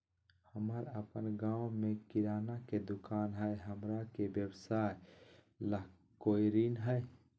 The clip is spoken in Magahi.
हमर अपन गांव में किराना के दुकान हई, हमरा के व्यवसाय ला कोई ऋण हई?